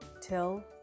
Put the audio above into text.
Till